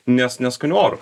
nes neskaniu oru